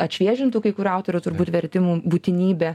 atšviežintų kai kurių autorių turbūt vertimų būtinybė